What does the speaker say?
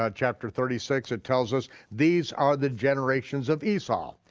ah chapter thirty six, it tells us these are the generations of esau,